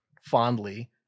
fondly